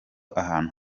ahantu